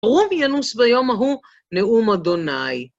רוב ינוס ביום ההוא, נאום אדוני.